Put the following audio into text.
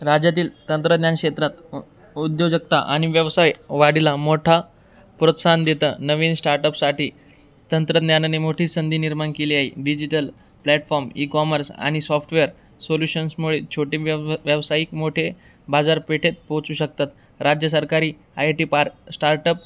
राज्यातील तंत्रज्ञान क्षेत्रात उ उद्योजकता आणि व्यवसायवाढीला मोठा प्रोत्साहन देतं नवीन श्टार्टअपसाठी तंत्रज्ञानाने मोठी संधी निर्माण केली आहे डिजिटल प्लॅटफॉर्म इ कॉमर्स आणि सॉफ्टवेअर सोल्युशन्समुळे छोटे व्यव व्यावसायिक मोठे बाजारपेठेत पोहोचू शकतात राज्य सरकारी I I T park startup